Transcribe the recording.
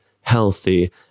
healthy